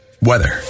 weather